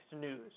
news